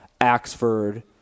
Axford